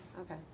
Okay